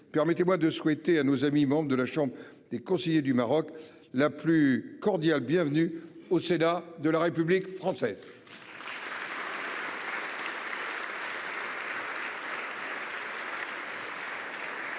permettez-moi de souhaiter à nos amis, membres de la Chambre des conseillers du Maroc la plus cordiale bienvenue au sénat de la République française.